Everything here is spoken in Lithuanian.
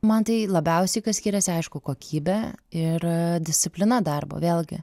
man tai labiausiai kas skiriasi aišku kokybė ir disciplina darbo vėlgi